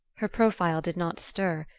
her profile did not stir,